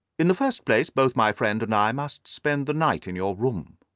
in the first place, both my friend and i must spend the night in your room.